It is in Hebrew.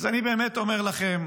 אז אני באמת אומר לכם: